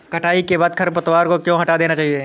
कटाई के बाद खरपतवार को क्यो हटा देना चाहिए?